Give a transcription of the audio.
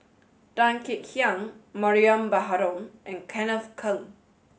Tan Kek Hiang Mariam Baharom and Kenneth Keng